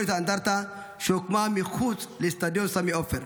את האנדרטה שהוקמה מחוץ לאצטדיון סמי עופר,